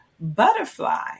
butterfly